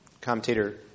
commentator